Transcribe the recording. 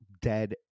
dead